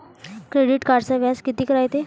Credit कार्डचं व्याज कितीक रायते?